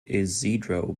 isidro